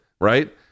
right